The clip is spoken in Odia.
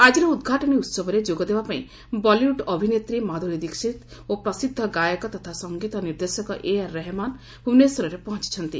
ଆଜିର ଉଦ୍ଘାଟନୀ ଉହବରେ ଯୋଗ ଦେବା ପାଇଁ ବଲିଉଡ୍ ଅଭିନେତ୍ରୀ ମାଧୁରୀ ଦୀକ୍ଷିତ ଓ ପ୍ରସିଦ୍ଧ ଗାୟକ ତଥା ସଂଗୀତ ନିର୍ଦ୍ଧେଶକ ଏଆର୍ ରେହେମାନ୍ ଭୁବନେଶ୍ୱରରେ ପହଞ୍ଚିଛନ୍ତି